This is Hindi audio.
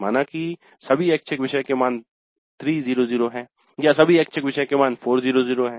माना की सभी ऐच्छिक विषय के मान है 300 हैं या सभी ऐच्छिक विषय के मान 400 हैं